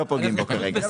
לא פוגעים בו כרגע.